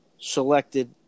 selected